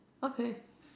okay